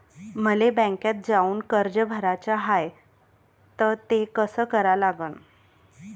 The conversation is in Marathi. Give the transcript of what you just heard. मले बँकेत जाऊन कर्ज भराच हाय त ते कस करा लागन?